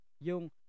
yung